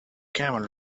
camel